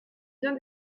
bien